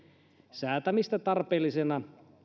säätämistä tarpeellisena